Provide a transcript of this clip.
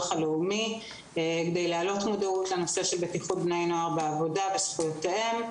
הלאומי להעלאת מודעות של בטיחות בני נוער בעבודה וזכויותיהם.